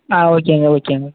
ஆ ஓகேங்க ஓகேங்க